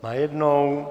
Najednou.